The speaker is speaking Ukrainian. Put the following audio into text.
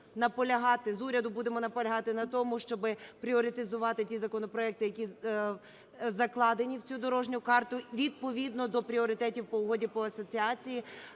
з уряду будемо наполягати на тому, щоб пріоритезувати ті законопроекти, які закладені в цю дорожню карту відповідно до пріоритетів по Угоді про асоціацію